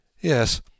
Yes